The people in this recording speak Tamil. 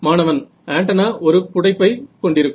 மாணவன் ஆண்டனா ஒரு புடைப்பை கொண்டிருக்கும்